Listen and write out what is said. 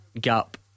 gap